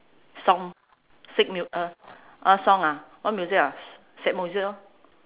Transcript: song sick mu~ uh what song ah what music ah sad music lor